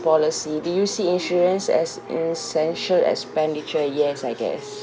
policy do you see insurance as essential expenditure yes I guess